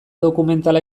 dokumentala